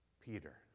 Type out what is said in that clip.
Peter